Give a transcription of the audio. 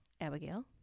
Abigail